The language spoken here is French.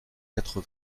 quatre